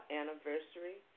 anniversary